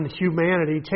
humanity